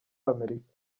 amerika